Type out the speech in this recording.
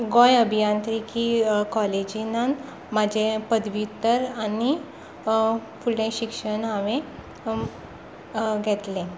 गोंय अभियांत्रिकी कॉलेजनान म्हजें पदव्युत्तर आनी फुडलें शिक्षण हांवें घेतलें